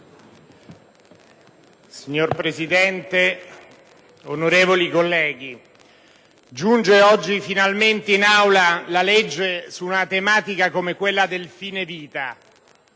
Signor Presidente, onorevoli colleghi, giunge oggi finalmente in Aula la legge su una tematica come quella del fine vita,